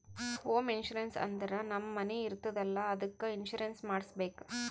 home insurance ಅಂದುರ್ ನಮ್ ಮನಿ ಇರ್ತುದ್ ಅಲ್ಲಾ ಅದ್ದುಕ್ ಇನ್ಸೂರೆನ್ಸ್ ಮಾಡುಸ್ಬೇಕ್